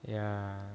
ya